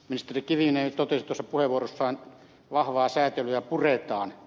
ministeri kiviniemi totesi puheenvuorossaan että vahvaa säätelyä puretaan